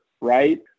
right